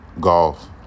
Golf